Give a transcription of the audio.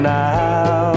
now